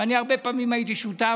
ואני הרבה פעמים הייתי שותף,